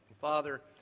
Father